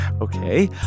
Okay